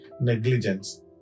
negligence